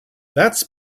that’s